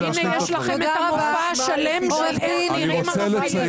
הנה, יש לכם מופע שלם איך נראים המפעילים.